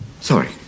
Sorry